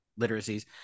literacies